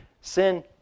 Sin